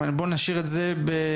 אבל בואו נשאיר את זה בסוגריים,